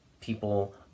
people